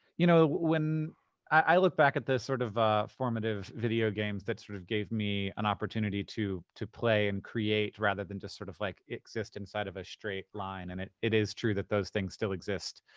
you know when i look back at the sort of formative video games that sort of gave me an opportunity to to play and create rather than just sort of like, exist inside of a straight line. and it it is true that those things still exist.